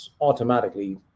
automatically